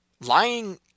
Lying